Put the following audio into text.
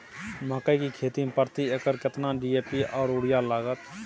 मकई की खेती में प्रति एकर केतना डी.ए.पी आर यूरिया लागत?